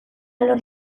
alor